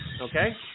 Okay